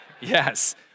Yes